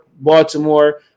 Baltimore